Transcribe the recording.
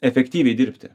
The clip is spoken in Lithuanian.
efektyviai dirbti